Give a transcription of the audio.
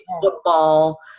football